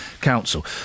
Council